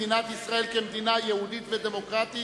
מדינת ישראל כמדינה יהודית ודמוקרטית),